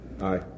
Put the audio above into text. Aye